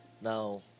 Now